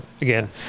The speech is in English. again